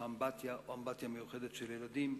באמבטיה או באמבטיה מיוחדת של ילדים.